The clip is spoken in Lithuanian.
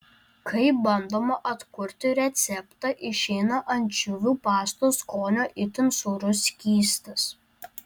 kai bandoma atkurti receptą išeina ančiuvių pastos skonio itin sūrus skystis